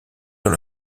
dans